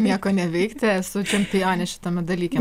nieko neveikti esu čempionė šitame dalyke